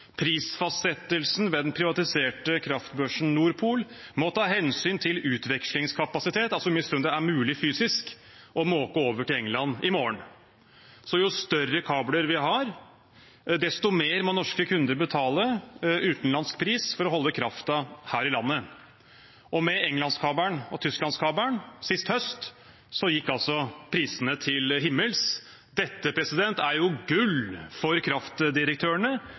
Prisfastsettelsen ved den privatiserte kraftbørsen Nord Pool må ta hensyn til utvekslingskapasitet, altså mye større enn det er fysisk mulig å måke over til England i morgen. Så jo større kabler vi har, desto mer må norske kunder betale utenlandsk pris for å holde kraften her i landet. Med Englands-kabelen og Tysklands-kabelen sist høst gikk altså prisene til himmels. Dette er gull for kraftdirektørene,